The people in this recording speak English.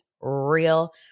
real